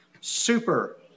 super